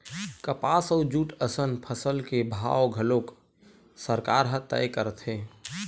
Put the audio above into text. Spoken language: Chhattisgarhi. कपसा अउ जूट असन फसल के भाव घलोक सरकार ह तय करथे